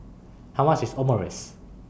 How much IS Omurice